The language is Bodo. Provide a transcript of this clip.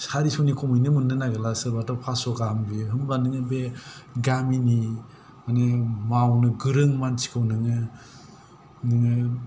सारिस'नि खमैनो मोननो नागिरला सोरबाथ' फास्स' गाहाम बियो होमब्ला नोङो बे गामिनि माने मावनो गोरों मानसिखौ नोङो नोङो